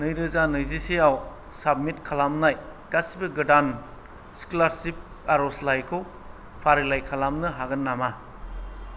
नै रोजा नैजिसे आव साबमिट खालामनाय गासैबो गोदान स्कलारशिफ आरज'लाइखौ फारिलाय खालामनो हागोन नामा